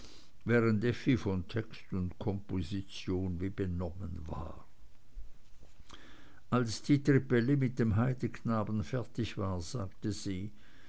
während effi von text und komposition wie benommen war als die trippelli mit dem heideknaben fertig war sagte sie